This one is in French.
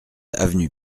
avenue